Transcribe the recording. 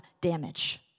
damage